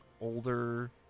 older